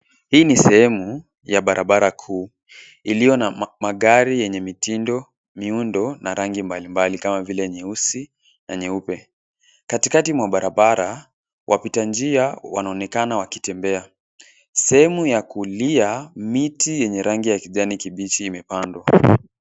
Hii ni sehemu ya barabara kuu iliyo na magari yenye mitindo ,miundo na rangi mbalimbali kama vile nyeusi na nyeupe. Katikati mwa barabara wapita njia wanaonekana wakitembea. Sehemu ya kulia, miti yenye rangi ya kijani kibichi imepandwa.